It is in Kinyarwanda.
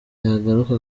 yagaruka